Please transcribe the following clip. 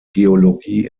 geologie